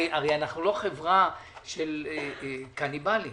הרי אנחנו לא חברה של קניבלים,